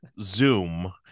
Zoom